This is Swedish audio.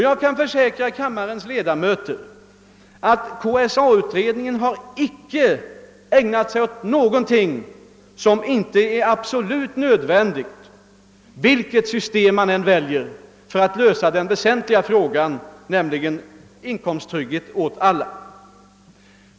Jag kan försäkra kammarens ledamöter, att KSA-utredningen inte har ägnat sig åt någonting som inte är absolut nödvändigt oavsett vilket system man än väljer för att lösa den väsentliga frågan, nämligen inkomsttrygghet för alla.